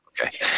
Okay